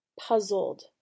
puzzled